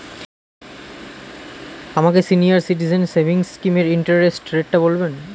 আমাকে senior citizen savings স্কিমের interest রেটটা বলবেন